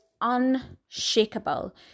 unshakable